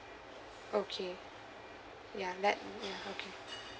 okay ya that ya okay